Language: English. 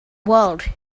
world